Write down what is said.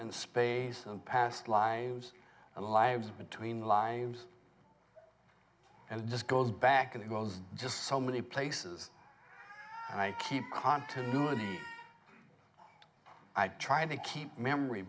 and space and past lives and lives between lives and it just goes back and goes just so many places and i keep continuity i try to keep memory